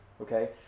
okay